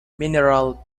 mineral